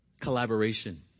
collaboration